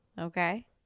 Okay